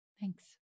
Thanks